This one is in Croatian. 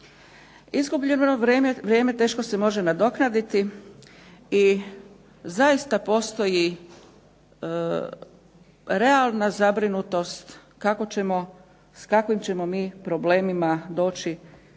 Izgubljeno vrijeme teško se može nadoknaditi i zaista postoji realna zabrinutost s kakvim ćemo mi problemima doći